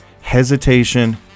hesitation